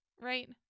Right